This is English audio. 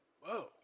whoa